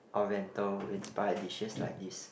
oriental inspired dishes like this